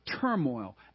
turmoil